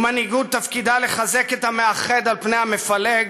ומנהיגות תפקידה לחזק את המאחד על פני המפלג,